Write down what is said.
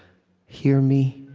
hear me?